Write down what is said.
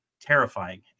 terrifying